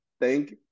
Thank